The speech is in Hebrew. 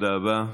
תודה רבה.